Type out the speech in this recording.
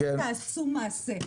תעשו מעשה,